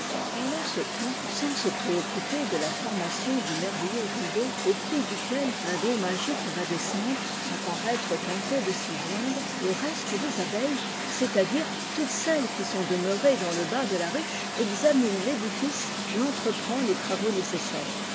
pendant ce temps sans se préoccuper de la formation du merveilleux rideau aux plis duquel un don magique va descendre sans paraître tenté de s'y joindre le reste des abeilles c'est-à-dire toutes celles qui sont demeurées dans le bas de la ruche examine l'édifice et entreprend les travaux nécessaires